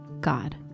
God